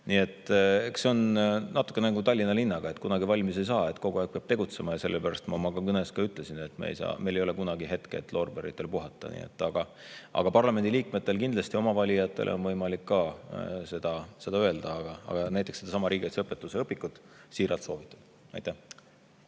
et eks see on natuke nagu Tallinna linnaga, et kunagi valmis ei saa, kogu aeg peab tegutsema. Sellepärast ma oma kõnes ka ütlesin, et meil ei ole kunagi hetke, et loorberitel puhata. Aga parlamendi liikmetel kindlasti oma valijatele on võimalik ka seda öelda. Näiteks sedasama riigikaitseõpetuse õpikut ma siiralt soovitan. Aitäh!